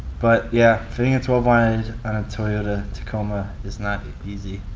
but, yeah. fitting a twelve wide on a toyota tacoma is not easy.